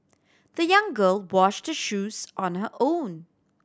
the young girl washed her shoes on her own